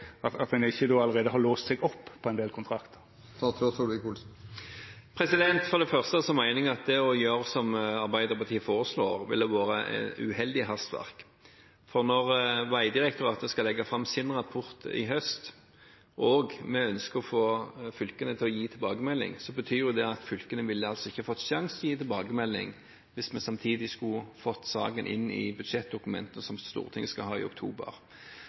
når ein etter NTP-prosessen kjem til ei ordning som skal vera nærast varig, allereie då har låst seg opp på ein del kontraktar? For det første mener jeg at det å gjøre som Arbeiderpartiet foreslår, vil være uheldig hastverk. Når Vegdirektoratet skal legge fram sin rapport i høst og vi ønsker å få fylkene til å gi tilbakemelding, betyr det at fylkene ikke ville fått sjanse til å gi tilbakemelding hvis vi samtidig skulle fått saken inn i budsjettdokumentene som Stortinget skal ha i oktober.